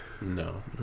No